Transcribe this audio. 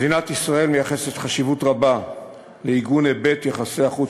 מדינת ישראל מייחסת חשיבות רבה לעיגון היבט יחסי החוץ